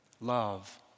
Love